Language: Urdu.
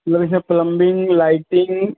مطلب اس میں پلمبنگ لائٹنگ